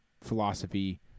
philosophy